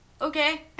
Okay